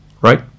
right